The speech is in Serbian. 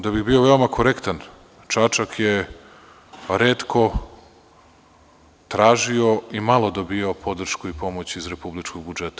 Da bih bio veoma korektan, Čačak je retko tražio i malo dobijao podršku i pomoć iz republičkog budžeta.